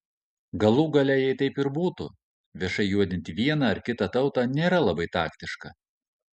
galų gale jei taip ir būtų viešai juodinti vieną ar kitą tautą nėra labai taktiška